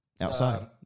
outside